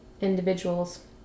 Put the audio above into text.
individuals